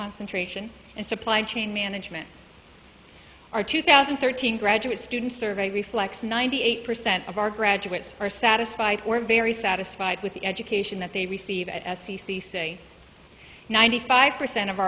concentration and supply chain management our two thousand and thirteen graduate student survey reflects ninety eight percent of our graduates are satisfied or very satisfied with the education that they receive at s c c say ninety five percent of